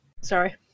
Sorry